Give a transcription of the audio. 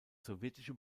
sowjetische